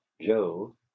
Joe